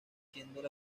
siendo